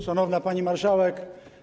Szanowna Pani Marszałek!